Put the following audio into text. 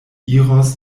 iros